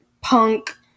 punk